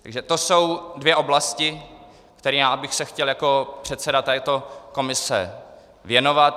Takže to jsou dvě oblasti, kterým já bych se chtěl jako předseda této komise věnovat.